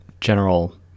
general